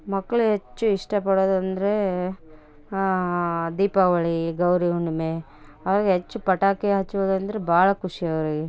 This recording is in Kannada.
ಮಕ್ಳು ಹೆಚ್ಚುಇಷ್ಟ ಪಡೋದಂದರೆ ದೀಪಾವಳಿ ಗೌರಿ ಹುಣ್ಣಿಮೆ ಅವರಿಗೆ ಹೆಚ್ಚು ಪಟಾಕಿ ಹಚ್ಚೋದಂದ್ರೆ ಭಾಳ ಖುಷಿ ಅವರಿಗೆ